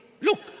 Look